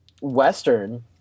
Western